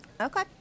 okay